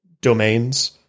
domains